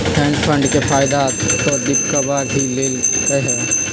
hedge fund के फायदा तो दीपकवा ही लेल कई है